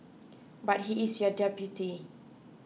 but he is your deputy